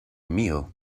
meal